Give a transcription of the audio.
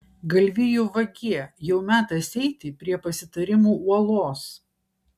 galvijų vagie jau metas eiti prie pasitarimų uolos